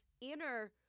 inner